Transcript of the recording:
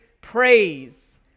praise